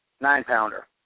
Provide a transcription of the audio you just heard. Nine-pounder